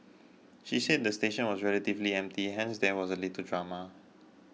she said the station was relatively empty hence there was little drama